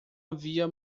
havia